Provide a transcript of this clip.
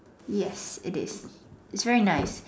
yes it is it's very nice